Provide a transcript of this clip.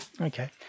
Okay